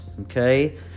okay